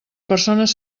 persones